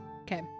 Okay